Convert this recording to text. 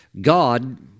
God